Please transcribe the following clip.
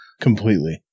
completely